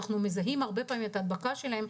אנחנו מזהים הרבה פעמים את ההדבקה שלהם,